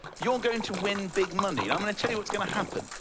you're going to win big money. i'm going to tell you what's going to happen.